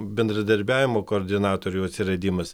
bendradarbiavimo koordinatorių atsiradimas